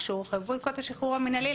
כשהורחבו ערכות השחרור המינהלי,